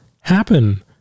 happen